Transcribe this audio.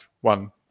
one